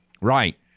Right